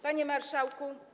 Panie Marszałku!